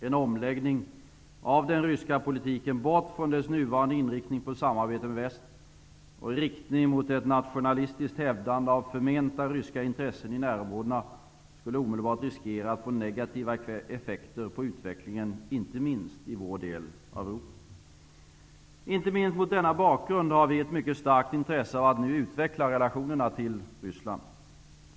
En omläggning av den ryska politiken, bort från dess nuvarande inriktning på samarbete med väst och i riktning mot ett nationalistiskt hävdande av förmenta ryska intressen i närområdena, skulle omedelbart riskera att få negativa effekter på utvecklingen, inte minst, i vår del av Europa. Inte minst mot denna bakgrund har vi ett mycket starkt intresse av att nu utveckla relationerna till Ryssland.